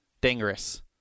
Dangerous